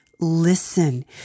Listen